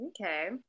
Okay